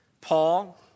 Paul